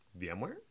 VMware